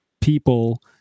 people